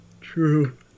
True